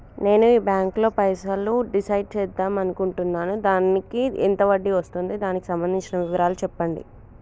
నేను ఈ బ్యాంకులో పైసలు డిసైడ్ చేద్దాం అనుకుంటున్నాను దానికి ఎంత వడ్డీ వస్తుంది దానికి సంబంధించిన వివరాలు చెప్పండి?